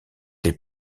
les